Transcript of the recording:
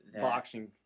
boxing